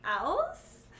else